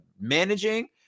managing